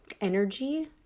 energy